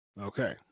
Okay